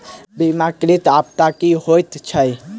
बीमाकृत आपदा की होइत छैक?